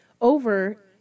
over